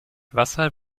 wasser